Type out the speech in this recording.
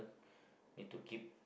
need to keep